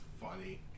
funny